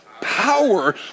Power